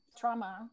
trauma